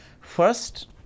First